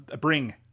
bring